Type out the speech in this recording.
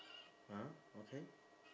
uh okay